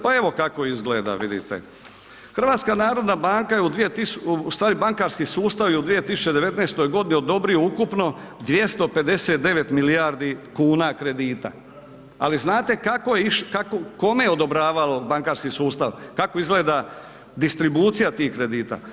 Pa evo kako izgleda, vidite HNB je u, ustvari bankarski sustav je u 2019. godini odobrio ukupno 259 milijardi kuna kredita, ali znate kako je, kome je odobravao bankarski sustav, kako izgleda distribucija tih kredita.